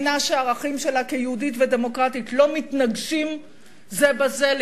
מדינה שהערכים שלה כיהודית ודמוקרטית לא מתנגשים זה בזה,